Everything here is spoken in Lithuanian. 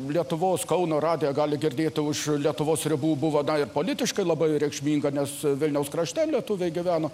lietuvos kauno radiją gali girdėti už lietuvos ribų buvo dar ir politiškai labai reikšminga nes vilniaus krašte lietuviai gyveno